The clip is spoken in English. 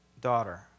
daughter